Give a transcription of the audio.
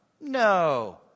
No